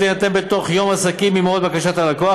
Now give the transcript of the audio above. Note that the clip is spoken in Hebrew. יינתן בתוך יום עסקים ממועד בקשת הלקוח,